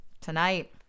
tonight